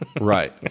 Right